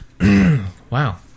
Wow